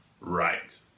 right